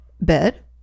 bed